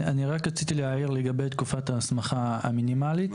אני רק רציתי להעיר לגבי תקופת ההסמכה המינימלית.